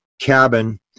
cabin